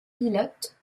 pilotes